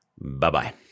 Bye-bye